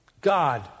God